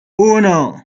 uno